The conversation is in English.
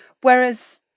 whereas